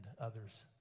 others